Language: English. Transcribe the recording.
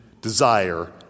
desire